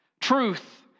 Truth